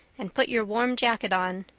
and put your warm jacket on.